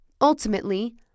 Ultimately